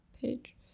page